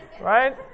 right